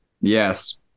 Yes